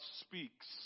speaks